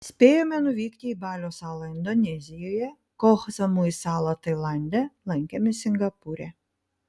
spėjome nuvykti į balio salą indonezijoje koh samui salą tailande lankėmės singapūre